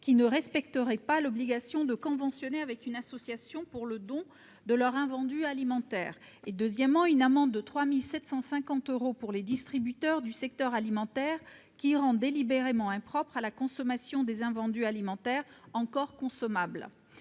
qui ne respecteraient pas l'obligation de conventionner avec une association pour le don de leurs invendus alimentaires, et une amende de 3 750 euros pour les distributeurs du secteur alimentaire qui rendent délibérément impropres à la consommation des invendus alimentaires encore consommables.